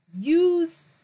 use